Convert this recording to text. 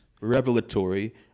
revelatory